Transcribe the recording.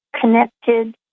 connected